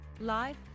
Live